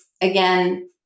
again